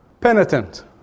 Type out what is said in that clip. penitent